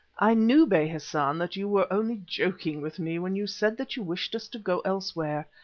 i knew bey hassan, that you were only joking with me when you said that you wished us to go elsewhere.